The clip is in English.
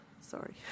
sorry